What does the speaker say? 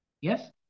Yes